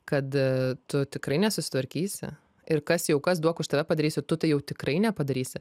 kad tu tikrai nesusitvarkysi ir kas jau kas duok už tave padarysiu tu tai jau tikrai nepadarysi